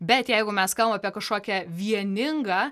bet jeigu mes kalbam apie kažkokią vieningą